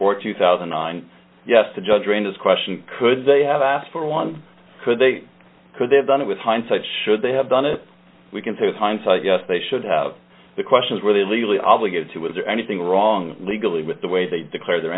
or two thousand and nine yes the judge ranges question could they have asked for one could they could they have done it with hindsight should they have done it we can say with hindsight yes they should have the questions were they legally obligated to is there anything wrong legally with the way they declared their